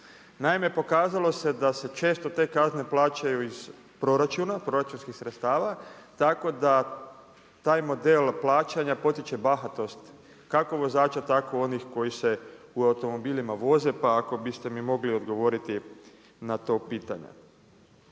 Naime, pokazalo se da se često te kazne plaćaju iz proračuna, proračunskih sredstava, tako da taj model plaćanja, potiče bahatost, kako vozača tako onih koji se u automobilima voze, pa ako biste mi mogli odgovoriti na to pitanje.